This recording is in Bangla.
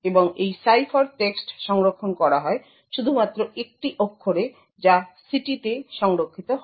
এবং এই সাইফারটেক্সট সংরক্ষণ করা হয় শুধুমাত্র একটি অক্ষরে যা ct তে সংরক্ষিত হয়